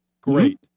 Great